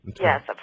Yes